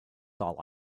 all